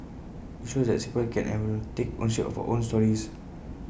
IT shows that Singaporeans can and will take ownership of our own stories